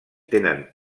tenen